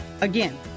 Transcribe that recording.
Again